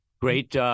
Great